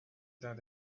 that